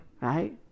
right